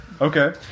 Okay